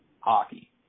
hockey